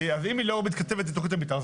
אם היא לא מתכתבת עם תכנית המתאר,